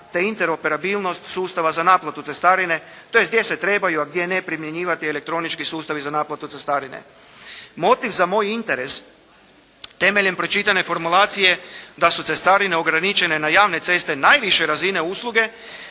te interoperabilnost sustava za naplatu cestarine tj. gdje se trebaju a gdje ne primjenjivati elektronički sustavi za naplatu cestarine. Motiv za moj interes temeljem pročitane formulacije da su cestarine ograničene na javne ceste najviše razine usluge